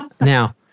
Now